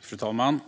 Fru talman!